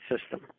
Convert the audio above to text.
system